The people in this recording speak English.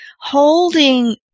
holding